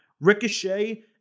Ricochet